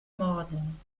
morden